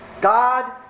God